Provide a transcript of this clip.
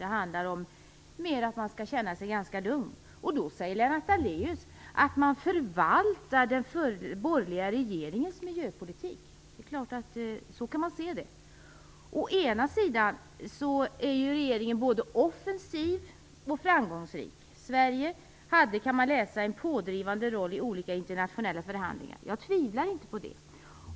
Det handlar mer om att man skall känna sig ganska lugn. Lennart Daléus säger att man förvaltar den borgerliga regeringens miljöpolitik. Det är klart att man kan se det så. Å ena sidan är regeringen både offensiv och framgångsrik. Sverige hade, kan man läsa, en pådrivande roll i olika internationella förhandlingar. Jag tvivlar inte på det.